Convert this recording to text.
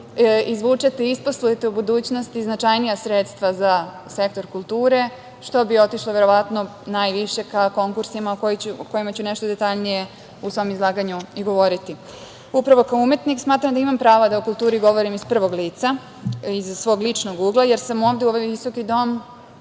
izvučete i isposlujete u budućnosti značajni sredstva za sektor kulture, što bi otišlo verovatno najviše ka konkursima, o kojima ću detaljnije u svom izlaganju i govoriti. Upravo, kao umetnik, smatram da imam prava da o kulturi govorim iz prvog lica, iz svog ličnog ugla, jer sam ovde, u ovaj visoki dom